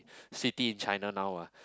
city in China now ah